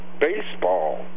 baseball